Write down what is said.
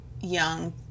young